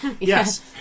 Yes